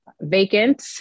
Vacant